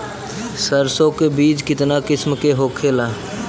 सरसो के बिज कितना किस्म के होखे ला?